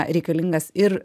reikalingas ir